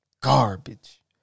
Garbage